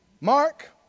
Mark